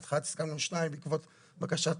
בהתחלה סיכמנו על שתיים ואחר כך לבקשת